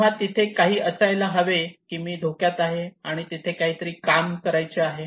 तेव्हा तिथे काहीतरी असायला हवे की मी धोक्यात आहे आणि तिथे काही तरी काम करायचे आहे